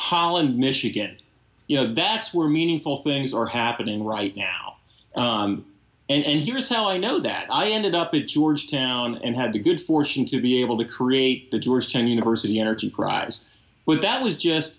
holland michigan you know that's where meaningful things are happening right now and here's how i know that i ended up at georgetown and had the good fortune to be able to create the george chain university energy prize with that was just